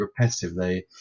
repetitively